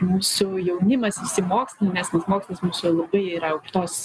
mūsų jaunimas išsimokslinęs mokslas mums čia labai yra aukštos